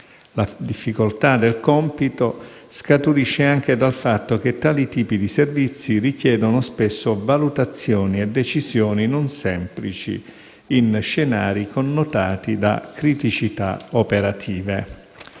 La difficoltà del compito scaturisce anche dal fatto che tali tipi di servizi richiedono spesso valutazioni e decisioni non semplici in scenari connotati da criticità operative.